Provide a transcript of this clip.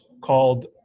called